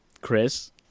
Chris